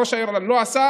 ראש העיר לא עשה?